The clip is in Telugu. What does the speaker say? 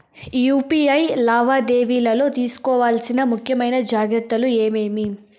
యు.పి.ఐ లావాదేవీలలో తీసుకోవాల్సిన ముఖ్యమైన జాగ్రత్తలు ఏమేమీ?